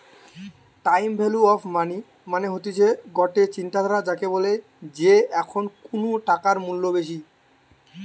time value of money মানে হতিছে গটে চিন্তাধারা যাকে বলে যে এখন কুনু টাকার মূল্য বেশি